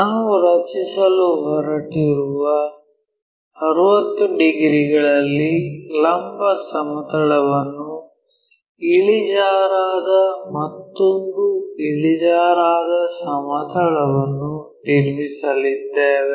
ನಾವು ರಚಿಸಲು ಹೊರಟಿರುವ 60 ಡಿಗ್ರಿಗಳಲ್ಲಿ ಲಂಬ ಸಮತಲವನ್ನು ಇಳಿಜಾರಾದ ಮತ್ತೊಂದು ಇಳಿಜಾರಾದ ಸಮತಲವನ್ನು ನಿರ್ಮಿಸಲಿದ್ದೇವೆ